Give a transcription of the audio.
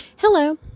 Hello